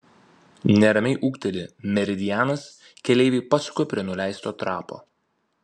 neramiai ūkteli meridianas keleiviai pasuka prie nuleisto trapo